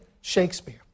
Shakespeare